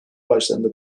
başlarında